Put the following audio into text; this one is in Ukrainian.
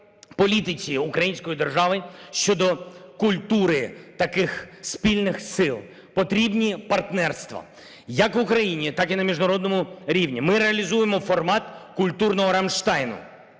політиці української держави щодо культури таких спільних сил. Потрібні партнерства як в Україні, так і на міжнародному рівні. Ми реалізуємо формат культурного "Рамштайну"